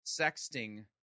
sexting